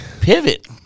Pivot